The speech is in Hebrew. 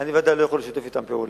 אני ודאי לא יכול לשתף אתם פעולה.